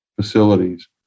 facilities